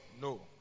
no